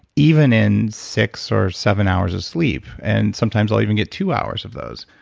even in six or seven hours of sleep. and sometimes i'll even get two hours of those,